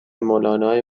مولانا